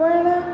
પણ